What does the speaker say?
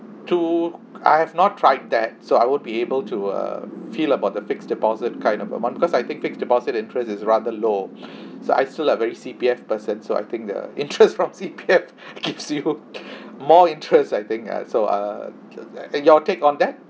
too I have not tried that so I won't be able to uh feel about the fixed deposit kind of amount because I think fixed deposit interest is rather low so I still like very C_P_F person so I think the interest from C_P_F gives you more interest I think ah so uh uh your take on that